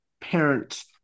parents